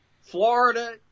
Florida